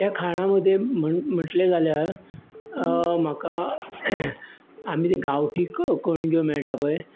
त्या खाणां मदीं म्हटलें जाल्यार म्हाका आमी ते गांवठी कणग्यो मेळटा पळय